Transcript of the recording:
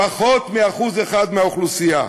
פחות מ-1% מהאוכלוסייה,